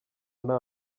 nta